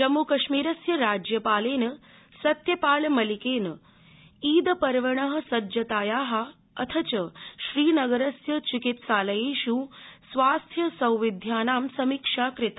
जम्मूकश्मीरस्य राज्यपालेन सत्यपालमलिकेन ईद पर्वण सज्जाताया अथ च श्रीनगरस्य चिकित्सालयेष् स्वास्थ्य सौविध्यानां समीक्षा कृता